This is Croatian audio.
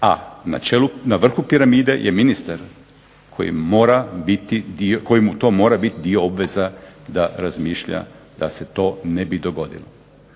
na vrhu piramide je ministar kojemu to mora biti dio obveza da razmišlja da se to ne bi dogodilo.